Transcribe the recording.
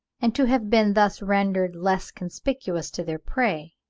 and to have been thus rendered less conspicuous to their prey